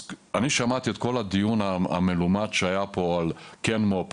אני שמעתי את כל הדיון המלומד שהיה פה על כן מו"פ,